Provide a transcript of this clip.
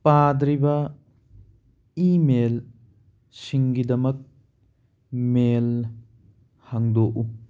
ꯄꯥꯗ꯭ꯔꯤꯕ ꯏꯃꯦꯜꯁꯤꯡꯒꯤꯗꯃꯛ ꯃꯦꯜ ꯍꯥꯡꯗꯣꯛꯎ